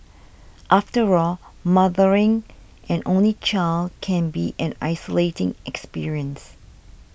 after all mothering an only child can be an isolating experience